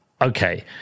okay